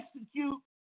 execute